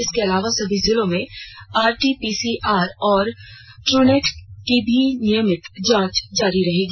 इसके अलावा सभी जिलों में आरटीपीसीआर और ट्रनेट की भी नियमित जांच जारी रहेगी